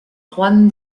juan